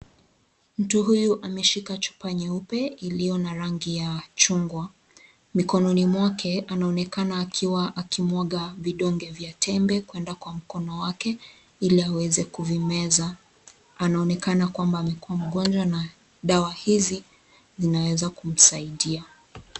Mtu huyu ameshika chupa nyeupe iliyo na rangi ya chungwa. Mikononi mwake anaonekana akiwa akimwaga vidonge vya tembe kwenda kwa mkono wake ili aweze kuzimeza. Anaonekana kwamba amekuwa mgonjwa na dawa hizi zinaweza kumsaidia.